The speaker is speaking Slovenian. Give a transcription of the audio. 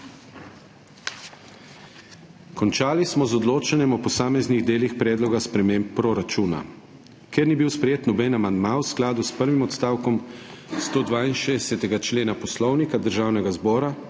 Končali smo z odločanjem o posameznih delih Predloga sprememb proračuna. Ker ni bil sprejet noben amandma, v skladu s prvim odstavkom 162. člena Poslovnika Državnega zbora